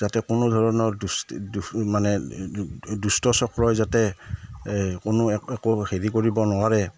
যাতে কোনো ধৰণৰ মানে দুষ্ট চক্ৰই যাতে কোনো একো হেৰি কৰিব নোৱাৰে